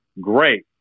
great